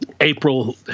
april